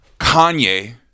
Kanye